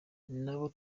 nabo